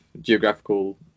geographical